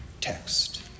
text